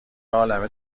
عالمه